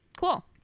Cool